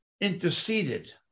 interceded